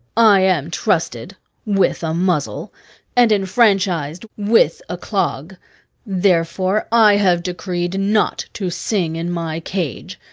i am trusted with a muzzle and enfranchised with a clog therefore i have decreed not to sing in my cage.